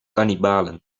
kannibalen